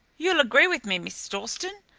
you'll agree with me, miss dalstan,